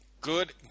Good